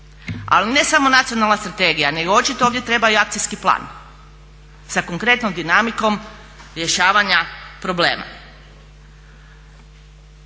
ali ne samo nacionalna strategija nego očito ovdje treba i akcijski plan sa konkretnom dinamikom rješavanja problema.